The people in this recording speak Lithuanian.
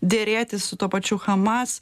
derėtis su tuo pačiu hamas